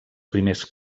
primers